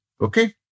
okay